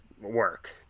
work